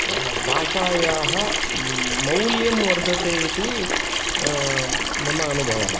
भाषायाः मौल्यं वर्धते इति मम अनुभवः